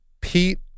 Pete